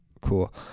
cool